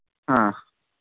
ಹಾಂ